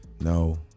No